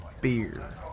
beer